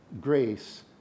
grace